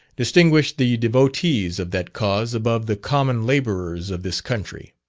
distinguish the devotees of that cause above the common labourers of this country.